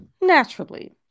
naturally